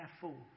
careful